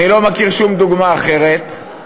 אני לא מכיר שום דוגמה אחרת של